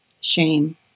shame